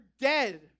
dead